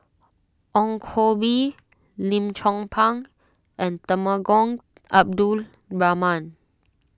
Ong Koh Bee Lim Chong Pang and Temenggong Abdul Rahman